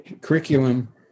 curriculum